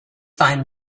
find